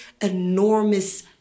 enormous